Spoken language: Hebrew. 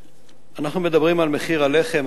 אנחנו מדברים על מחיר הלחם,